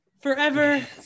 forever